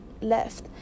left